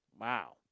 Wow